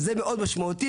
זה מאוד משמעותי.